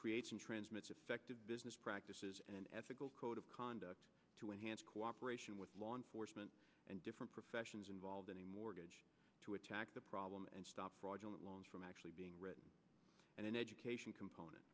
creates and transmit effective business practices and ethical code of conduct to enhance cooperation with law enforcement and different professions involved in a mortgage to attack the problem and stop fraudulent loans from actually being read and an education component